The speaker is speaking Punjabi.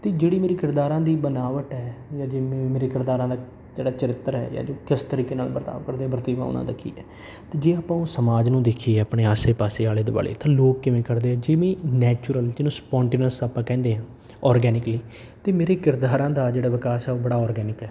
ਅਤੇ ਜਿਹੜੀ ਮੇਰੀ ਕਿਰਦਾਰਾਂ ਦੀ ਬਣਾਵਟ ਹੈ ਜਾਂ ਜਿਵੇਂ ਮੇਰੇ ਕਿਰਦਾਰਾਂ ਦਾ ਜਿਹੜਾ ਚਰਿੱਤਰ ਹੈ ਜਾਂ ਜੋ ਕਿਸ ਤਰੀਕੇ ਨਾਲ ਵਰਤਾਵ ਕਰਦੇ ਵਰਤੇਵਾਂ ਉਹਨਾਂ ਦਾ ਕੀ ਹੈ ਅਤੇ ਜੇ ਆਪਾਂ ਉਹ ਸਮਾਜ ਨੂੰ ਦੇਖੀਏ ਆਪਣੇ ਆਸੇ ਪਾਸੇ ਆਲੇ ਦੁਆਲੇ ਤਾਂ ਲੋਕ ਕਿਵੇਂ ਕਰਦੇ ਆ ਜਿਵੇਂ ਨੈਚੁਰਲ ਜਿਹਨੂੰ ਸਪੋਂਟੀਨਸ ਆਪਾਂ ਕਹਿੰਦੇ ਹਾਂ ਔਰਗੈਨਿਕਲੀ ਅਤੇ ਮੇਰੇ ਕਿਰਦਾਰਾਂ ਦਾ ਜਿਹੜਾ ਵਿਕਾਸ ਆ ਉਹ ਬੜਾ ਔਰਗੈਨਿਕ ਹੈ